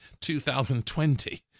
2020